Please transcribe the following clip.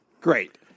Great